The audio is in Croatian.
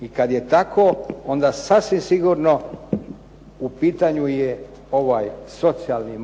I kad je tako onda sasvim sigurno u pitanju je ovaj socijalni